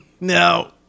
no